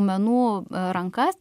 raumenų rankas